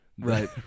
Right